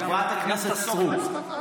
חברת הכנסת סטרוק.